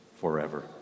forever